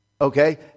okay